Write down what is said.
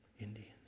Indians